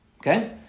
Okay